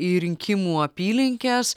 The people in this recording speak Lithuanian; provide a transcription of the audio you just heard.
į rinkimų apylinkes